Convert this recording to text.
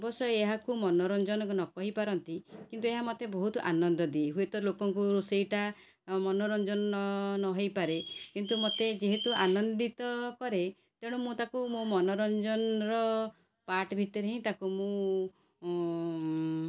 ଅବଶ୍ୟ ଏହାକୁ ମନୋରଞ୍ଜନ ନ କହିପାରନ୍ତି କିନ୍ତୁ ଏହା ମତେ ବହୁତ ଆନନ୍ଦ ଦିଏ ହୁଏ ତ ଲୋକଙ୍କୁ ରୋଷେଇଟା ମନୋରଞ୍ଜନ ନ ନହୋଇପାରେ କିନ୍ତୁ ଯେହେତୁ ମତେ ଆନନ୍ଦିତ କରେ ତେଣୁ ମୁଁ ତାକୁ ମୋ ମନୋରଞ୍ଜନର ପାର୍ଟ୍ ଭିତରେ ହିଁ ତାକୁ ମୁଁ